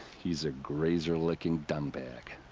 he's a grazer-licking dung bag.